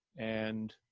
and